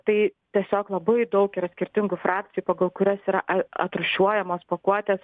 tai tiesiog labai daug yra skirtingų frakcijų pagal kurias yra at atrūšiuojamos pakuotės